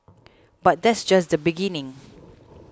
but that's just the beginning